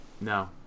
No